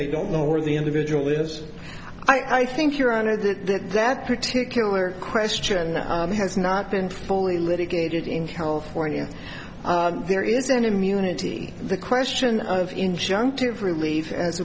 they don't know where the individual lives i think your honor that that particular question has not been fully litigated in california there is an immunity the question of injunctive relief as